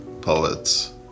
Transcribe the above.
poets